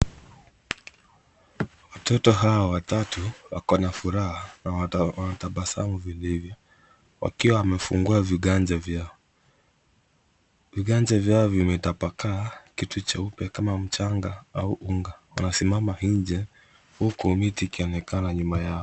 Watoto hawa watatu wako na furaha na wanatabasamu vilivyo wakiwa wamefungua viganja vyao, viganja vyao vimetapakaa kitu cheupe kama mchanga au unga, wanasimama nje, huku miti ikionekana nyuma yao.